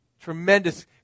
Tremendous